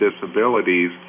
disabilities